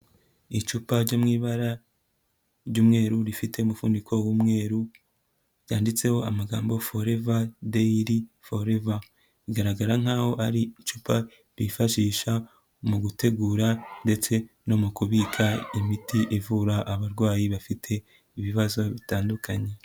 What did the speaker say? Icupa ryo mu ibara ry'umweru rifite umufuniko w'umweru ryanditseho amagambo Forever Daily Forever. Bigaragara nk'aho ari icupa ryifashisha mu gutegura ndetse no mu kubika imiti ivura abarwayi bafite ibibazo bitandukanye.